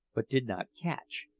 but did not catch,